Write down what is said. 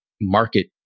market